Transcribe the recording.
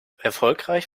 erfolgreich